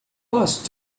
posso